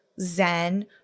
zen